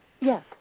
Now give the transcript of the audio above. Yes